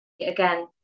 again